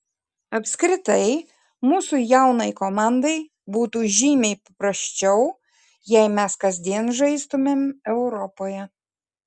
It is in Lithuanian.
apskritai mūsų jaunai komandai būtų žymiai paprasčiau jei mes kasdien žaistumėm europoje